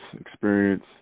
experience